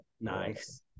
nice